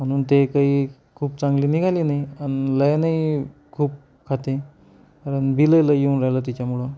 म्हणून ते काही खूप चांगली निघाली नाही आणि लाईनही खूप खाते आणि बिलही लई येऊन राहिलं तिच्यामुळं